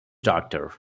doctor